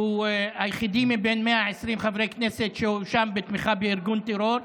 היחיד מבין 120 חברי כנסת שהואשם בתמיכה בארגון טרור,